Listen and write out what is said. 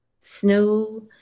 Snow